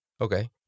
Okay